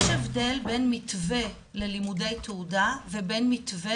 יש הבדל בין מתווה ללימודי תעודה לבין מתווה